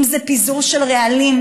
אם זה פיזור של רעלים,